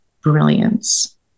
brilliance